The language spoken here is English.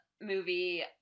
movie